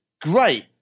Great